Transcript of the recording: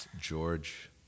george